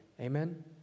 Amen